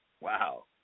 Wow